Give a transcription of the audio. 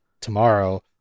tomorrow